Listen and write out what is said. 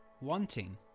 wanting